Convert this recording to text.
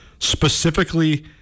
Specifically